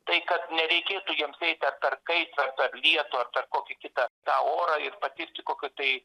tai kad nereikėtų jiems eit ar per kaitrą ar per lietų ar per kokį kitą tą orą ir patirti kokio tai